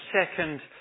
second